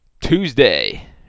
Tuesday